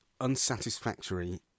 unsatisfactory